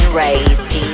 raised